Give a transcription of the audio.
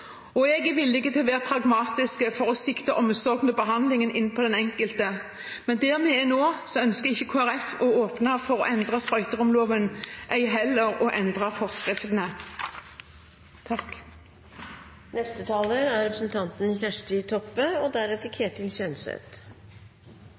Jeg er villig til å være pragmatisk for å sikte omsorgen og behandlingen inn mot den enkelte, men der vi er nå, ønsker ikke Kristelig Folkeparti å åpne for å endre sprøyteromsloven, ei heller å endre forskriften. Sprøyteromslova vart vedtatt i 2004. Vårt utgangspunkt for denne saka er